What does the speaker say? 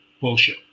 Bullshit